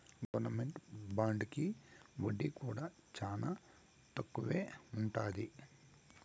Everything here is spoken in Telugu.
గవర్నమెంట్ బాండుకి వడ్డీ కూడా చానా తక్కువే ఉంటది